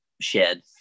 shed